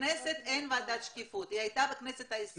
בכנסת אין ועדת שקיפות, היא הייתה בכנסת ה-20.